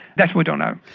that we don't know.